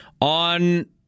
on